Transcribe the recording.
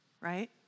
Right